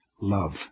love